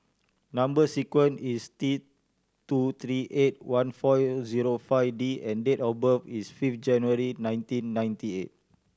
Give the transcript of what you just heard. number sequence is T two three eight one four zero five D and date of birth is fifth January nineteen ninety eight